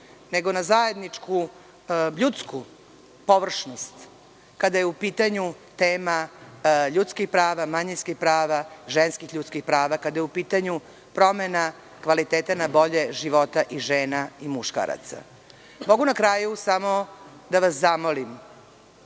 nego na zajedničku ljudsku površnost kada je u pitanju tema ljudskih prava, manjinskih prava, ženskih ljudskih prava, kada je u pitanju promena kvaliteta na bolje života i žena i muškaraca. Na kraju mogu samo da vas zamolim